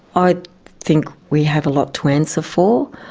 i think we have a lot to answer for.